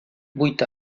vuit